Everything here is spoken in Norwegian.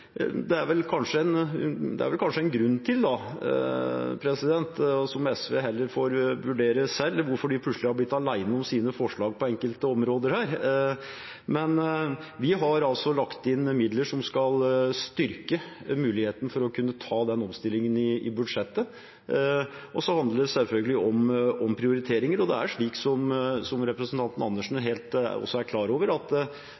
Det er vel kanskje en grunn til, noe SV heller får vurdere selv, at de plutselig er blitt alene om sine forslag på enkelte områder her. Vi har lagt inn midler i budsjettet som skal styrke muligheten til å kunne ta den omstillingen. Så handler det selvfølgelig om prioriteringer. Og det er slik, som representanten Andersen også er klar over, at